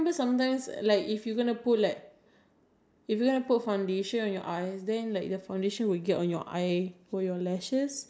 do you remember there was like a hike seeing die uh you need before putting in your mascara you put some baby powder or